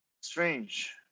Strange